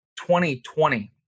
2020